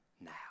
now